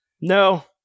No